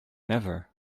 never